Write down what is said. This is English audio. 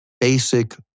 basic